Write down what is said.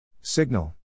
Signal